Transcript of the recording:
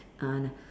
uh